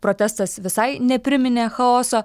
protestas visai nepriminė chaoso